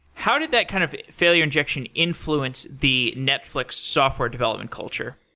how did that kind of failure injection influenced the netflix software development culture?